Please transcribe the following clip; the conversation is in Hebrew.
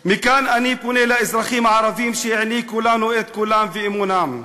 מכאן אני פונה לאזרחים הערבים שהעניקו לנו את קולם ואמונם: